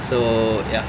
so ya